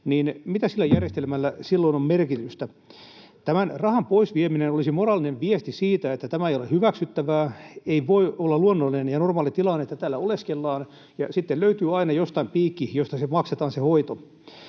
mitä sillä järjestelmällä silloin on merkitystä? Tämän rahan pois vieminen olisi moraalinen viesti siitä, että tämä ei ole hyväksyttävää. Ei voi olla luonnollinen ja normaali tilanne, että täällä oleskellaan. Sitten löytyy aina jostain piikki, josta se hoito